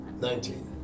Nineteen